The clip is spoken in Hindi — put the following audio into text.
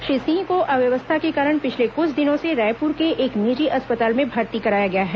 श्री सिंह को अस्वस्थता के कारण पिछले कुछ दिनों से रायपुर के एक निजी अस्पताल में भर्ती कराया गया है